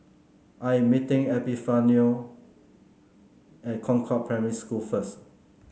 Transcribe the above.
I am meeting Epifanio at Concord Primary School first